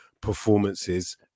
performances